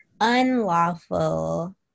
unlawful